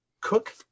cook